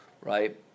right